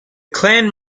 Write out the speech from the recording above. clan